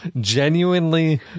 genuinely